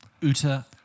Uta